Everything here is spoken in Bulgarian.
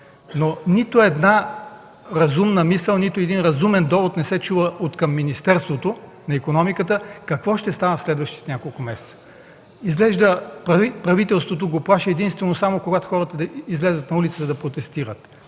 нито една разумна мисъл, нито един разумен довод не се чува от Министерството на икономиката, енергетиката и туризма какво ще става в следващите няколко месеца. Изглежда правителството се плаши единствено тогава, когато хората излязат на улицата да протестират.